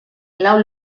lau